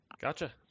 gotcha